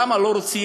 למה לא רוצים?